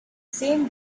same